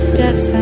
death